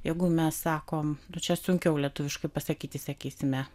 jeigu mes sakom čia sunkiau lietuviškai pasakyti sakysime